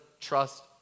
trust